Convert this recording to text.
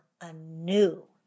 anew